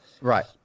Right